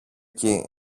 κει